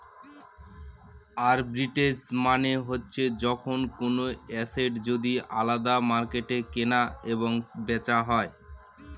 arbitrage মানে হচ্ছে যখন কোনো এসেট যদি আলাদা মার্কেটে কেনা এবং বেচা হয়